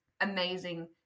amazing